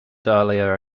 dahlia